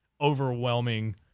overwhelming